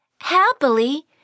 Happily